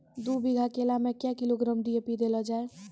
दू बीघा केला मैं क्या किलोग्राम डी.ए.पी देले जाय?